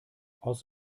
aus